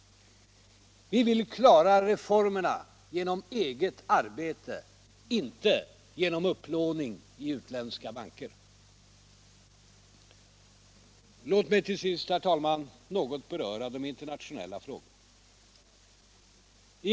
Vi vill klara reformerna genom eget arbete, inte genom upplåning i utländska banker. Låt mig till sist, herr talman, något beröra de internationella frågorna.